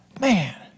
Man